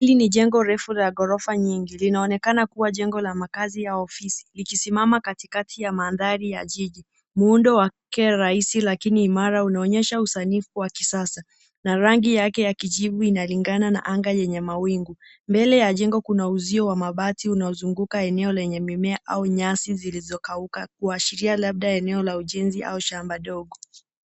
Hili jengo refu la ghorofa nyingi linaonekana kuwa jengo la makazi au ofisi likisimama Kati ya mandhari ya jiji, muundo wake rahisi lakini imara unaonyesha usanifu wa kisasa na rangi yake ya kijivu inalingana anga yenye mawingu. Mbele ya jengo kuna uzio wa mabati unaozunguka eneo lenye mimea au nyasi zilizokauka kuashiria labda eneo la ujenzi au shamba dogo.